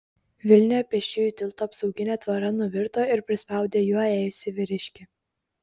vilniuje pėsčiųjų tilto apsauginė tvora nuvirto ir prispaudė juo ėjusį vyriškį